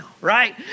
right